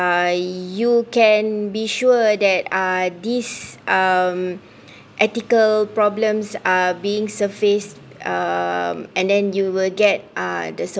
uh you can be sure that uh this um ethical problems are being surface um and then you will get uh the sup~